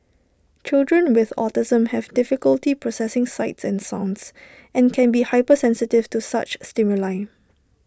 children with autism have difficulty processing sights and sounds and can be hypersensitive to such stimuli